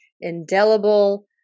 indelible